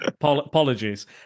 Apologies